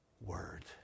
Word